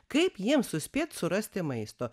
kaip jiems suspėt surasti maisto